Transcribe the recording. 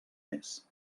més